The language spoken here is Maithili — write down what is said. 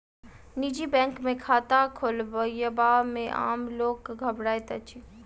निजी बैंक मे खाता खोलयबा मे आम लोक घबराइत अछि